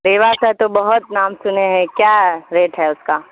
ریوا کا تو بہت نام سنے ہیں کیا ریٹ ہے اس کا